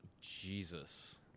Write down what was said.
Jesus